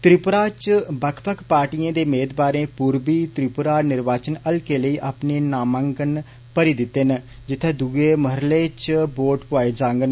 त्रिपुरा च बक्ख बक्ख पार्टिएं दे मेदवारे पूर्वी त्रिपुरा निर्वाचन हल्के लेई अपने नामांकन भरी दिते न जित्थे दुए मरहले च वोट पोआए जांगन